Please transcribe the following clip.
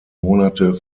monate